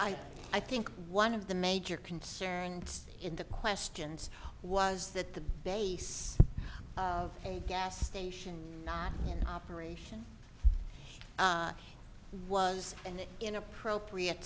i i think one of the major concerns in the questions was that the base of a gas station not in operation was an inappropriate